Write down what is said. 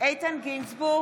איתן גינזבורג,